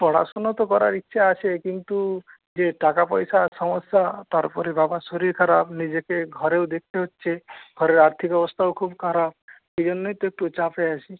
পড়াশোনা তো করার ইচ্ছা আছে কিন্তু যে টাকাপয়সার সমস্যা তারপরে বাবার শরীর খারাপ নিজেকে ঘরেও দেখতে হচ্ছে ঘরের আর্থিক অবস্থাও খুব খারাপ সেই জন্যই তো একটু চাপে আছি